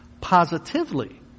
positively